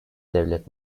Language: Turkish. devlet